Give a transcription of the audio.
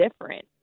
different